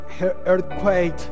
earthquake